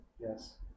yes